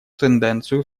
тенденцию